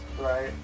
right